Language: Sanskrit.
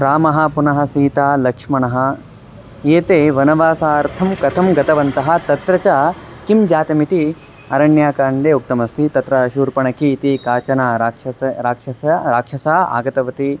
रामः पुनः सीता लक्ष्मणः एते वनवासार्थं कथं गतवन्तः तत्र च किं जातमिति अरण्यकाण्डे उक्तमस्ति तत्र शूर्पणखा इति काचना राक्षसी राक्षसी राक्षसी आगतवती